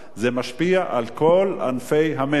זה משפיע על כל ענפי המשק.